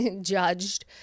judged